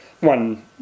one